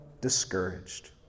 discouraged